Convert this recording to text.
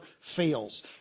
fails